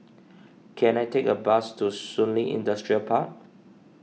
can I take a bus to Shun Li Industrial Park